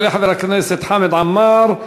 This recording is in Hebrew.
יעלה חבר הכנסת חמד עמאר,